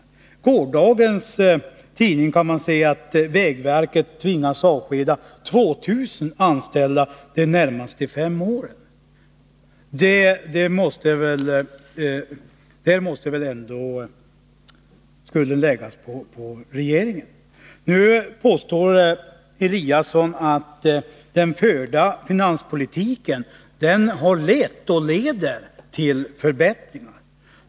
I gårdagens tidning stod det att vägverket tvingas avskeda 2 000 anställda de närmaste fem åren. Ansvaret för detta måste väl ändå kunna läggas på regeringen. Nu påstår herr Eliasson att den förda finanspolitiken har lett — och leder — till förbättringar.